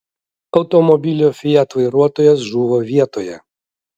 automobilio fiat vairuotojas žuvo vietoje